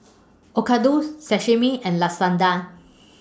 Okayu Sashimi and Lasagna